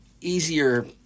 easier